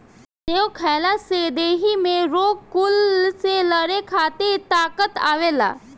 सेब खइला से देहि में रोग कुल से लड़े खातिर ताकत आवेला